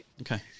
Okay